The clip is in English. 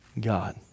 God